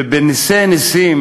ובנסי-נסים